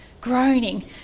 groaning